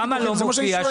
למה זה לא מופיע?